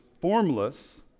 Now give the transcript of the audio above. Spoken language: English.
formless